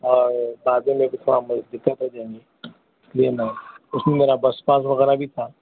اور بعد میں میری اسلٮٔے میں اُس میں میرا بس پاس وغیرہ بھی تھا